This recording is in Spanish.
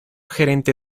gerente